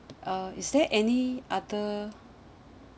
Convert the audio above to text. uh is there any other